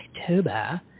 october